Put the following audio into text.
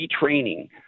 retraining